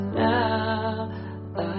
Now